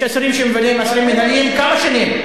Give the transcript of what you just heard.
יש אסירים מינהליים שמבלים כמה שנים,